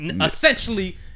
essentially